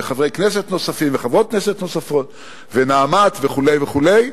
חברי כנסת נוספים וחברות כנסת נוספות ו"נעמת" וכו' וכו'.